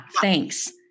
Thanks